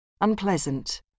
Unpleasant